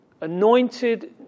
Anointed